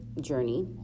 journey